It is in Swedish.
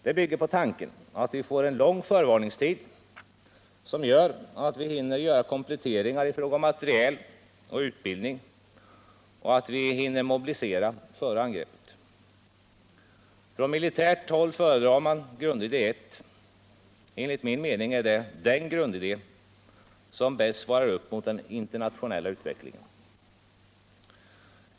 Den bygger på tanken att vi får en lång förvarningstid, som gör att vi hinner göra kompletteringar i fråga om materiel och utbildning och att vi hinner mobilisera före angreppet. Från militärt håll föredrar man grundidé 1. Enligt min mening är det den grundidé som bäst svarar upp mot den internationella utvecklingen.